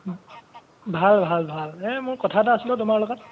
ভাল ভাল ভাল এই মোৰ কথা এটা আছিল ঔ তোমাৰ লগত